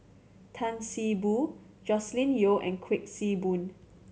Tan See Boo Joscelin Yeo and Kuik Swee Boon